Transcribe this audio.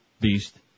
Beast